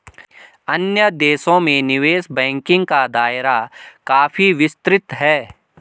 अन्य देशों में निवेश बैंकिंग का दायरा काफी विस्तृत है